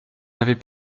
n’avez